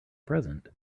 present